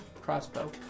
crossbow